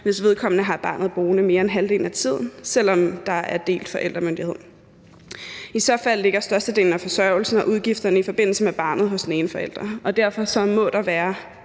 hvis vedkommende har barnet boende mere end halvdelen af tiden, selv om der er delt forældremyndighed. I så fald ligger størstedelen af forsørgelsen og udgifterne i forbindelse med barnet hos den ene forælder, og derfor må der være